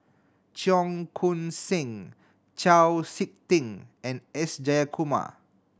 Cheong Koon Seng Chau Sik Ting and S Jayakumar